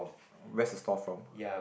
uh where's the store from